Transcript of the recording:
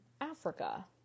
Africa